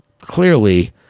clearly –